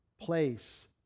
place